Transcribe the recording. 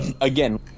Again